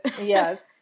Yes